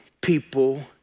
people